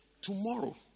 Tomorrow